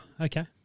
okay